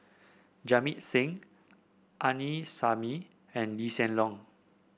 Jamit Singh Aini Salim and Lee Hsien Loong